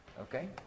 Okay